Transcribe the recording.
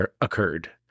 occurred